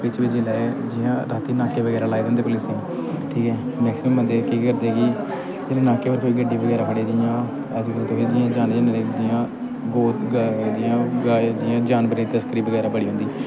बिच्च बिच्च जेल्लै एह् जि'यां रातीं नाके बगैरा लाए दे होंदे पुलीस ने ठीक ऐ मैक्सीमम बंदे केह् करदे कि जेल्लै नाके पर कोई गड्डी बगैरा फड़े जि'यां अजकल्ल तुस जि'यां जानने होन्नें जि'यां गौ जि'यां गाय जि'यां जानवरें दी तस्करी बगैरा बड़ी होंदी